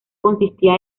consistía